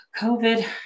COVID